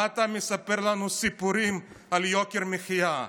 מה אתה מספר לנו סיפורים על יוקר מחיה?